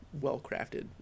well-crafted